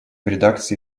редакции